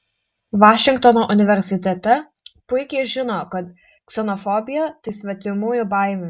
vašingtono universitete puikiai žino kad ksenofobija tai svetimųjų baimė